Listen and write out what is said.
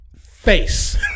face